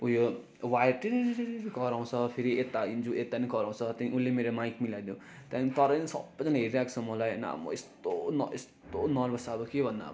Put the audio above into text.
उयो वायर टिरिरिरिरिरी कराउँछ फेरि यता हिँड्छु यता नि कराउँछ त्यहाँदेखि उसले मेरो माइक मिलाइदियो त्यहाँदेखि तर पनि सबैजनाले हेरिरहेको छ मलाई होइन आम्बो यस्तो यस्तो नर्भस अब के भन्नु अब